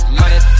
money